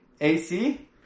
ac